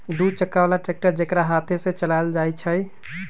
दू चक्का बला ट्रैक्टर जेकरा हाथे से चलायल जाइ छइ